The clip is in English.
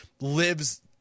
lives